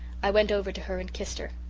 i went over to her and kissed her.